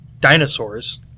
dinosaurs